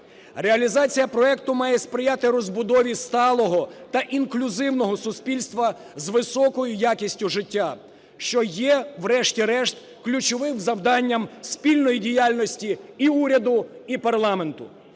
Реалізація проекту має сприяти розбудові сталого та інклюзивного суспільства з високою якістю життя, що є, врешті-решт, ключовим завданням спільної діяльності і уряду, і парламенту.